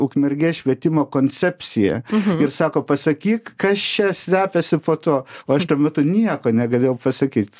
ukmergės švietimo koncepciją ir sako pasakyk kas čia slepiasi po tuo o aš tuo metu nieko negalėjau pasakyt